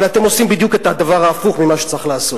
אבל אתם עושים בדיוק את הדבר ההפוך ממה שצריך לעשות.